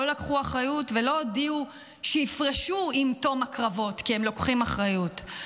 לקחו אחריות ולא הודיעו שיפרשו עם תום הקרבות כי הם לוקחים אחריות,